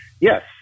yes